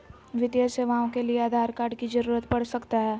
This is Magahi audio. वित्तीय सेवाओं के लिए आधार कार्ड की जरूरत पड़ सकता है?